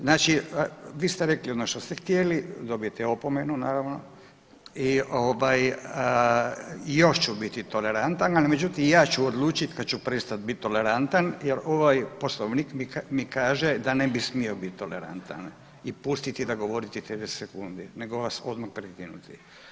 Znači vi ste rekli ono što ste htjeli, dobijate opomenu naravno i ovaj još ću biti tolerantan, ali međutim ja ću odlučiti kad ću prestati biti tolerantan jer ovaj Poslovnik mi kaže da ne bi smio biti tolerantan i pustiti da govorite 30 sekundi nego vas odmah prekinuti.